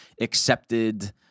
accepted